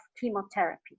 chemotherapy